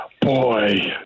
Boy